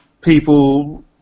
people